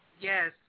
Yes